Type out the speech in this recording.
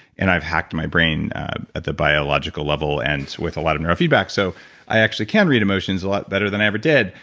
and i've hacked my brain at the biological level and with a lot of nerve feedbacks. so i actually can read emotions a lot better than i ever did,